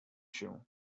się